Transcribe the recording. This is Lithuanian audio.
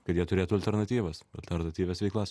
kad jie turėtų alternatyvas alternatyvias veiklas